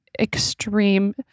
extreme